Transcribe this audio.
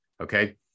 Okay